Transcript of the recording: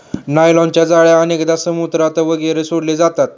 नायलॉनच्या जाळ्या अनेकदा समुद्रात वगैरे सोडले जातात